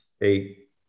eight